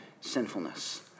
sinfulness